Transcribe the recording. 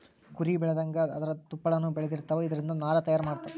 ಕುರಿ ಬೆಳದಂಗ ಅದರ ತುಪ್ಪಳಾನು ಬೆಳದಿರತಾವ, ಇದರಿಂದ ನಾರ ತಯಾರ ಮಾಡತಾರ